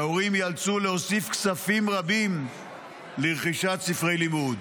וההורים ייאלצו להוסיף כספים רבים לרכישת ספרי לימוד.